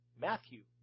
Matthew